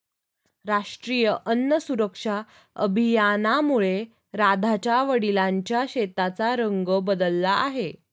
राष्ट्रीय अन्न सुरक्षा अभियानामुळे राधाच्या वडिलांच्या शेताचा रंग बदलला आहे